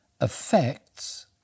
affects